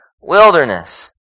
wilderness